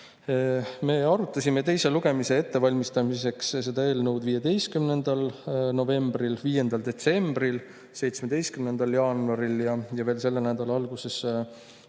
Me arutasime teise lugemise ettevalmistamiseks seda eelnõu 15. novembril, 5. detsembril, 17. jaanuaril ja veel selle nädala alguses, 6.